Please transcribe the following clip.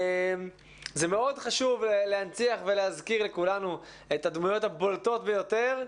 זה מאוד חשוב להנציח ולהזכיר לכולם את הדמויות הבולטות ביותר,